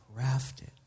crafted